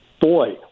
Boy